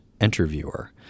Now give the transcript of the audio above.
interviewer